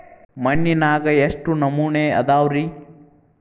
ಮಣ್ಣಿನಾಗ ಎಷ್ಟು ನಮೂನೆ ಅದಾವ ರಿ?